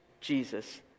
Jesus